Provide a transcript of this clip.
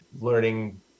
learning